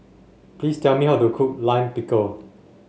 please tell me how to cook Lime Pickle